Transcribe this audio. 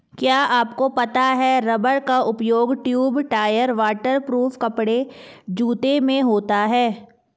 क्या आपको पता है रबर का उपयोग ट्यूब, टायर, वाटर प्रूफ कपड़े, जूते में होता है?